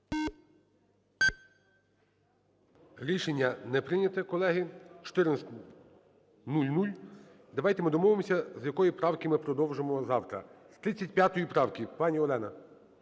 Рішення не прийнято, колеги. 14:00. Давайте ми домовимось, з якої правки ми продовжимо завтра. З 35 правки, пані Олена.